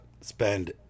spend